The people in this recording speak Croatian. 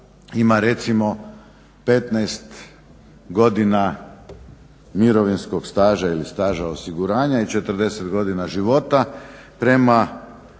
ima recimo 15 godina mirovinskog staža ili staža osiguranja i 40 godina života. Prema